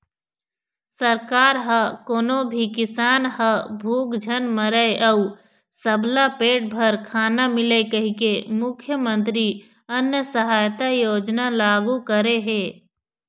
सरकार ह कोनो भी किसान ह भूख झन मरय अउ सबला पेट भर खाना मिलय कहिके मुख्यमंतरी अन्न सहायता योजना लागू करे हे